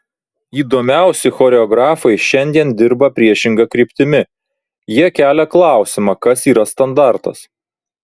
įdomiausi choreografai šiandien dirba priešinga kryptimi jie kelia klausimą kas yra standartas